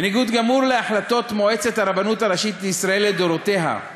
בניגוד גמור להחלטות מועצת הרבנות הראשית לישראל לדורותיה,